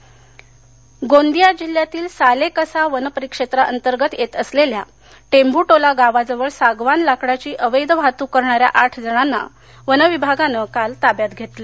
गोंदिया गोंदिया जिल्ह्यातील सालेकसा वनपरिक्षेत्रातंर्गत येत असलेल्या टेंभूटोला गावाजवळ सागवान लाकडांची अवैध वाहतूक करणाऱ्या आठ जणांना वनविभागानं काल ताब्यात घेतलं